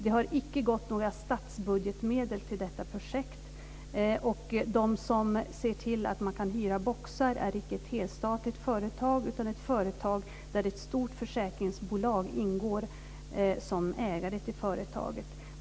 Det har icke gått några statsbudgetmedel till detta projekt. De som ser till att man kan hyra boxar är icke ett helstatligt företag utan ett företag där ett stort försäkringsbolag ingår som ägare.